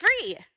free